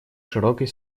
широкой